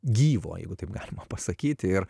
gyvo jeigu taip galima pasakyti ir